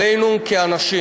עלינו כאנשים.